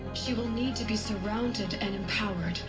she will need to be surrounded, and empowered.